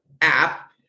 app